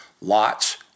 Lot's